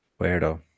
Weirdo